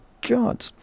God